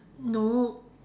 nope